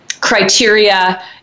criteria